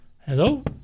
Hello